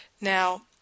Now